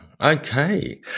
okay